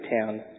town